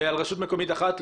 על רשות מקומית אחת.